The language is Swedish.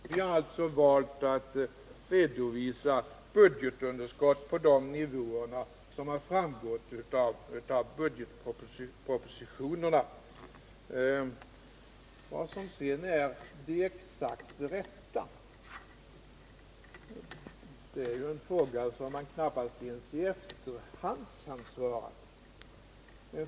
Vi har alltså valt att redovisa budgetunderskott på de nivåer som framgår av budgetpropositionerna. Vad som sedan är det exakt rätta är en fråga som man väl inte ens i efterhand kan svara på.